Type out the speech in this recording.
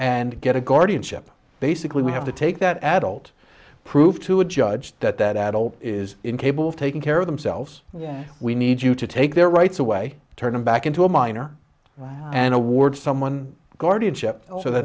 and get a guardianship basically we have to take that adult prove to a judge that that adult is incapable of taking care of themselves we need you to take their rights away turn them back into a minor and award someone guardianship so th